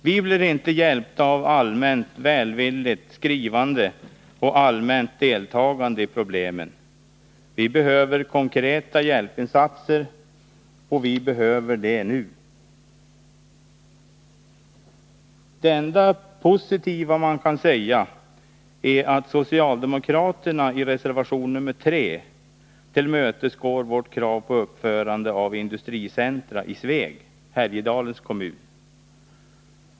Vi blir inte hjälpta av en allmänt välvillig skrivning och ett allmänt deltagande i problemen. Vi behöver konkreta hjälpinsatser, och vi behöver dem nu. Det enda positiva man kan notera är att socialdemokraterna i reservation 3 tillmötesgår vårt krav på uppförande av ett industricentrum i Sveg, Härjedalens kommun.